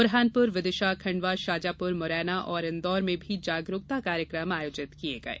ब्रहानपुर विदिशा खंडवा शाजापुर मुरैना इन्दौर में भी जागरूकता कार्यक्रम आयोजित किये गये